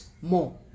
more